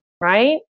right